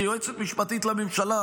כיועצת משפטית לממשלה,